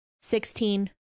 Sixteen